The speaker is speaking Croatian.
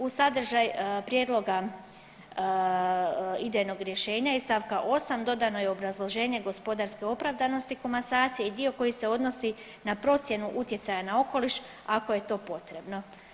U sadržaj prijedloga idejnog rješenja iz st. 8. dodano je obrazloženje gospodarske opravdanosti komasacije i dio koji se odnosi na procjenu utjecaja na okoliš ako je to potrebno.